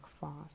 fast